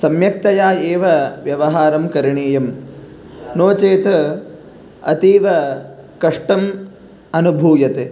सम्यक्तया एव व्यवहारं करणीयं नो चेत् अतीव कष्टम् अनुभूयते